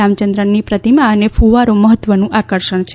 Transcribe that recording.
રામચન્દ્રનની પ્રતિમા અને ફવારો મહત્વનું આકર્ષણ છે